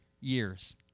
years